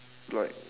but